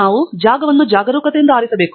ನಾವು ಜಾಗವನ್ನು ಜಾಗರೂಕತೆಯಿಂದ ಆರಿಸಬೇಕು